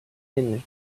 tinged